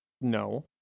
no